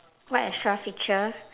what extra feature